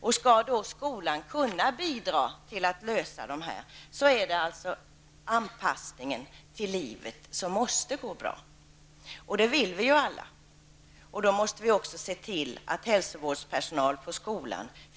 För att skolan skall kunna bidra till att dessa problem löses måste anpassningen till livet gå bra, något som vi alla vill. Då måste vi också se till att skolans hälsovårdspersonal finns i skolan.